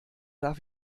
darf